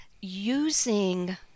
using